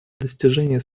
достижение